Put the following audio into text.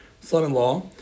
son-in-law